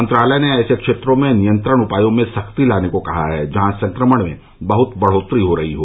मंत्रालय ने ऐसे क्षेत्रों में नियंत्रण उपायों में सख्ती लाने को कहा है जहां संक्रमण में बहत बढ़ोतरी हो रही हो